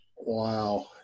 Wow